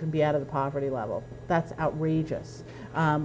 even be out of the poverty level that's outrageous